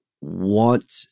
want